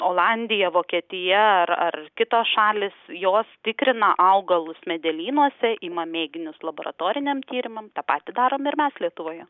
olandija vokietija ar ar kitos šalys jos tikrina augalus medelynuose ima mėginius laboratoriniam tyrimam tą patį darom ir mes lietuvoje